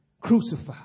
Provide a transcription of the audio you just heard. crucified